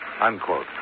Unquote